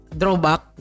drawback